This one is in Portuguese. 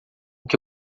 que